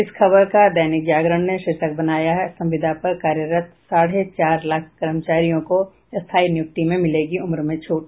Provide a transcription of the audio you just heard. इस खबर का दैनिक जागरण ने शीर्षक बनाया है संविदा पर कार्यरत साढ़े चार लाख कर्मचारियों को स्थायी नियुक्ति में मिलेगी उम्र में छूट